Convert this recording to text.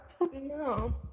No